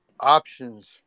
options